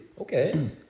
okay